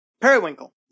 Periwinkle